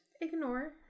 ignore